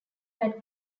had